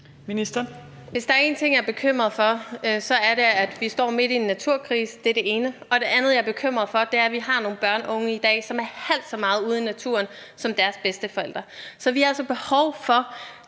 Den ene ting, jeg er bekymret for, er, at vi står midt i en naturkrise. Det er det ene. Det andet, jeg er bekymret for, er, at vi i dag har nogle børn og unge, som er halvt så meget ude i naturen som deres bedsteforældre. Så vi har altså behov for